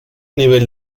nivell